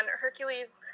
Hercules